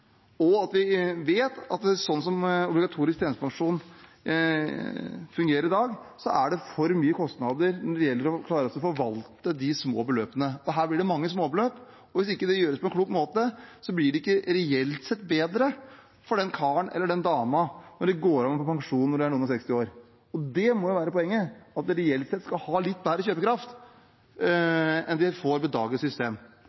Sånn som obligatorisk tjenestepensjon fungerer dag, vet vi at det er for store kostnader med å klare å forvalte de små beløpene. Her blir det mange småbeløp, og hvis dette ikke gjøres på en klok måte, blir det ikke bedre reelt sett for den karen eller den dama når de går av med pensjon når de er noen og seksti år. Poenget må jo være at de reelt sett skal få litt bedre kjøpekraft enn de har med dagens system.